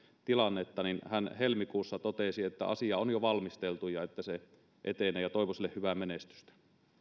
tilannetta niin hän totesi helmikuussa että asia on jo valmisteltu ja että se etenee ja toivon sille hyvää menestystä